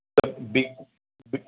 त बी बी